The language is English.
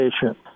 patient